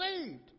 saved